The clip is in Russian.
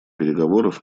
переговоров